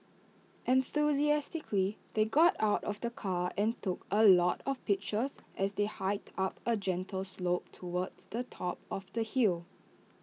enthusiastically they got out of the car and took A lot of pictures as they hiked up A gentle slope towards the top of the hill